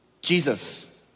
Jesus